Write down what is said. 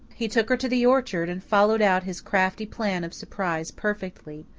he took her to the orchard and followed out his crafty plan of surprise perfectly.